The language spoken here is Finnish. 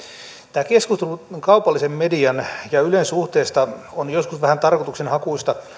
tämä keskustelu kaupallisen median ja ylen suhteesta on joskus vähän tarkoitushakuista